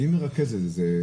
מי מרכז את זה?